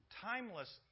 Timeless